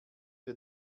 wir